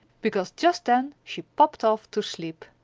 because just then she popped off to sleep.